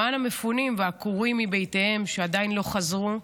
למען המפונים והעקורים מבתיהם שעדיין לא חזרו,